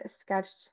sketched